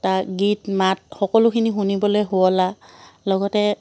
তাৰ গীত মাত সকলোখিনি শুনিবলৈ শুৱলা লগতে